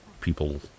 people